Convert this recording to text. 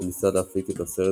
וניסה להפיק את הסרט